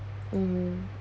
mmhmm